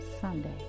Sunday